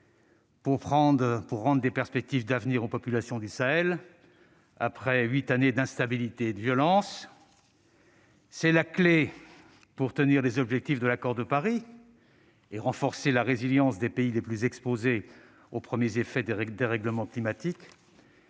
pour rendre des perspectives d'avenir aux populations du Sahel après plus de huit années d'instabilité et de violence. C'est la clé pour tenir les objectifs de l'accord de Paris et renforcer la résilience des pays les plus exposés aux premiers effets des dérèglements climatiques.